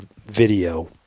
video